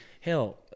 hell